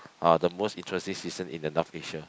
ah the most interesting season in the North Asia